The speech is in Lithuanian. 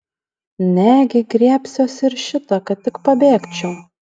negi griebsiuosi ir šito kad tik pabėgčiau